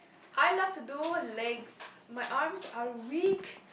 I love to do legs my arms are weak